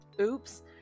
oops